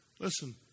listen